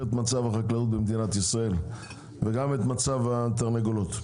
את מצב החקלאות במדינת ישראל וגם את מצב התרנגולות.